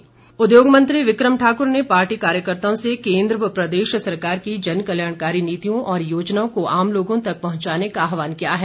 विकम ठाकुर उद्योग मंत्री विक्रम ठाकुर ने पार्टी कार्यकर्ताओं से केन्द्र व प्रदेश सरकार की जनकल्याणकारी नीतियों और योजनाओं को आम लोगों तक पहुंचाने का आह्वान किया है